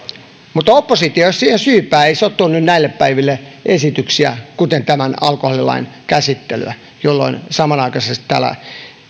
mutta oppositio ei ole siihen syypää ei se ole tuonut näille päiville esityksiä kuten tämän alkoholilain käsittelyä jolloin samanaikaisesti täällä yksi